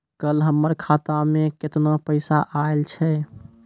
कल हमर खाता मैं केतना पैसा आइल छै?